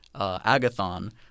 Agathon